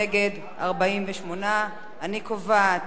31, נגד, 48. אני קובעת